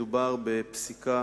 מדובר בפסיקה